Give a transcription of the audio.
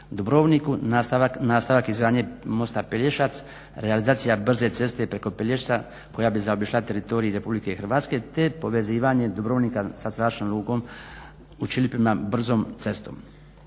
Dubrovniku, nastavak izgradnje mosta Pelješac, realizacija brze ceste preko Pelješca koja bi zaobišla teritorij Republike Hrvatske te povezivanje Dubrovnika sa zračnom lukom u Ćilipima brzom cestom.